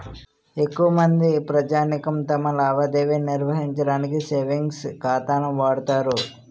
ఎక్కువమంది ప్రజానీకం తమ లావాదేవీ నిర్వహించడానికి సేవింగ్ ఖాతాను వాడుతారు